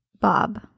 Bob